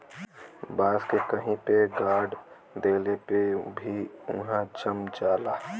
बांस के कहीं पे गाड़ देले पे भी उहाँ जम जाला